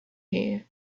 here